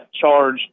charge